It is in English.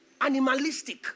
animalistic